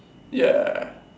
ya